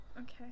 Okay